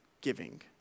giving